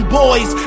boys